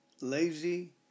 lazy